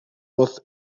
бол